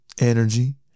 energy